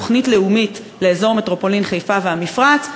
תוכנית לאומית לאזור מטרופולין חיפה והמפרץ,